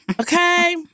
Okay